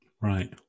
Right